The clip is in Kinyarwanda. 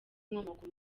inkomoko